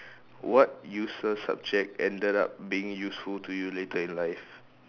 what useless subject ended up being useful to you later in life